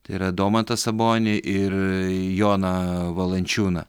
tai yra domantą sabonį ir jonąą valančiūną